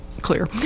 clear